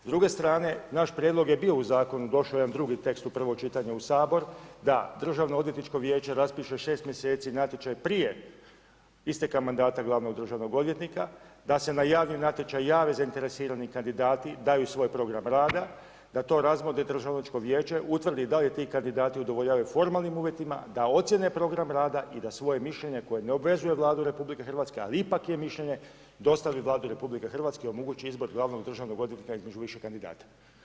S druge strane naš prijedlog je bio u zakonu, došao je jedan drugi tekst u prvo čitanje u Sabor da Državnoodvjetničko vijeće raspiše šest mjeseci natječaj prije isteka mandata glavnog državnog odvjetnika, da se na javni natječaj jave zainteresirani kandidati, daju svoj program rada, da to razmotri Državnoovdjeničko vijeće, utvrdi da li ti kandidati udovoljavaju formalnim uvjetima, da ocjene program rada i da svoje mišljenje koje ne obvezuje Vladu RH, ali ipak je mišljenje, dostavi Vladi RH i omogući izbor glavnog državnog odvjetnika između više kandidata.